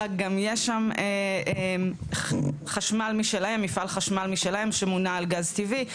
אלא גם יש שם מפעל חשמל משלהם שמונע על גז טבעי,